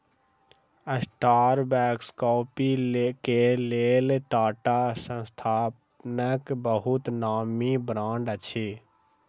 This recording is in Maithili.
स्टारबक्स कॉफ़ी के लेल टाटा संस्थानक बहुत नामी ब्रांड अछि